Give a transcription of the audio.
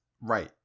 Right